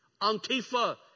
Antifa